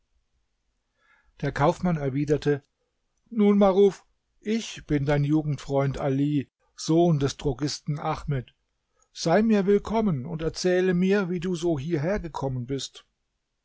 der kaufmann erwiderte nun maruf ich bin dein jugendfreund ali sohn des drogisten ahmed sei mir willkommen und erzähle mir wie du so hierhergekommen bist